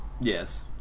Yes